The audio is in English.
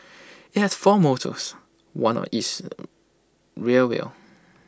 IT has four motors one of each rear wheel